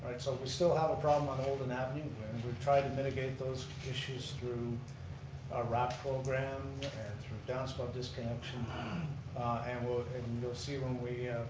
and so we still have a problem on olden avenue we've tried to mitigate those issues through our wrap program and through downspout disconnection and we'll you know see when we